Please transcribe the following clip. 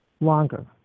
longer